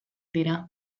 dira